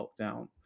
lockdown